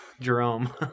Jerome